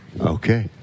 Okay